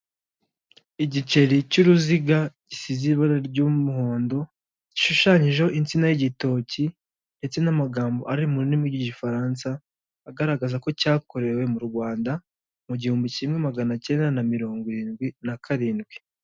Igiceri cy'uruziga gisize ibara ry'umuhondo, gishushanyijeho insina y'igitoki ndetse n'amagambo ari mu rurimi ry'igifaransa, agaragaza ko cyakorewe mu Rwanda, mu gihumbi kimwe maganacyenda na mirongo irindwi na karindwi.